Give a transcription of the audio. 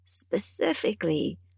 specifically